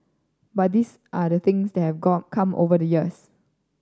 but these are the things that have come over the years